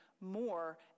more